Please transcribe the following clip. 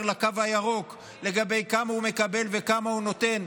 לקו הירוק לגבי כמה הוא מקבל וכמה הוא נותן,